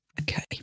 Okay